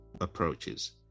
approaches